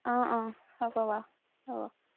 অঁ অঁ হ'ব বাৰু হ'ব